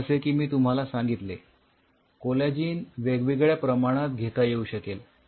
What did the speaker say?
जसे की मी तुम्हाला सांगितले कोलॅजिन वेगवेगळ्या प्रमाणात घेता येऊ शकेल